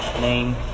name